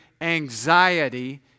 anxiety